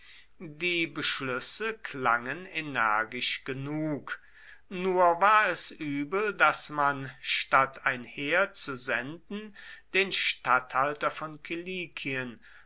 die beschlüsse klangen energisch genug nur war es übel daß man statt ein heer zu senden den statthalter von